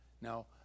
Now